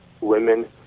women